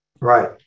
Right